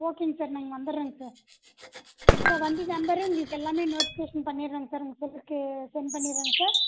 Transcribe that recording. ஓகேங்க சார் நாங்கள் வந்துவிடுறோங்க சார் சார் வண்டி நம்பரு உங்களுக்கு எல்லாமே நோட்டிஃபிகேஷன் பண்ணிவிடுறேங்க சார் உங்கள் செல்லுக்கு சென்ட் பண்ணிவிடுறேங்க சார்